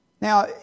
Now